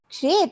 Great